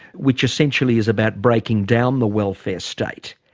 which essentially is about breaking down the welfare state,